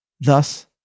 Thus